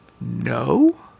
No